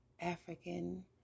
African